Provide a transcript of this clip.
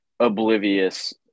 oblivious